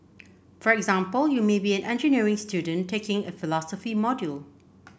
for example you may be an engineering student taking a philosophy module